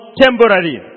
temporary